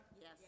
Yes